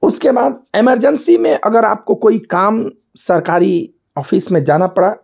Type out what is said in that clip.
उसके बाद इमरजेंसी में अगर आपको कोई काम सरकारी ऑफिस में जाना पड़ा